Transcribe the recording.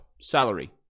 salary